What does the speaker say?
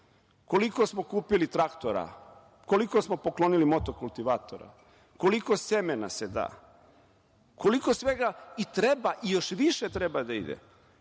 Koliko smo kupili traktora, koliko smo poklonili motokultivatora, koliko semena se da, koliko svega i treba i još više treba da ide,